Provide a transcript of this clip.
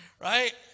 Right